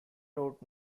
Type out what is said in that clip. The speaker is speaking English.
wrote